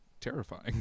terrifying